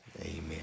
Amen